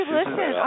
listen